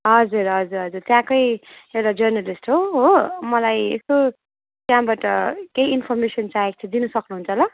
हजुर हजुर हजुर ट्याक्कै एउटा जर्नलिस्ट हो हो मलाई यसो त्यहाँबाट केही इन्फर्मेसन चाहिएको थियो दिनसक्नु हुन्छ होला